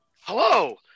Hello